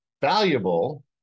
valuable